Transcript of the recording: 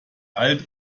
alt